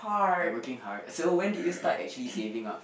by working hard so when did you start actually saving up